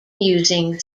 using